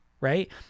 Right